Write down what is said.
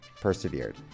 persevered